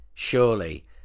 Surely